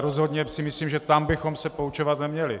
Rozhodně si ale myslím, že tam bychom se poučovat neměli.